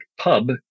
pub